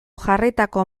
jarritako